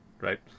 right